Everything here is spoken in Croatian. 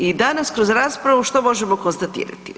I danas kroz raspravu što možemo konstatirati?